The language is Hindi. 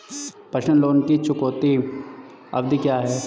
पर्सनल लोन की चुकौती अवधि क्या है?